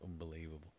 unbelievable